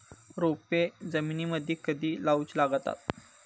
रोपे जमिनीमदि कधी लाऊची लागता?